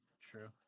True